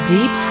Deep